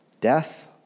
death